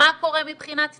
מה קורה מבחינת תשתיות.